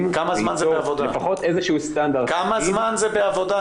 ויצור לפחות איזה שהוא סטנדרט --- כמה זמן זה בעבודה?